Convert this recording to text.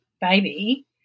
baby